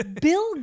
Bill